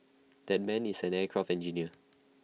that man is an aircraft engineer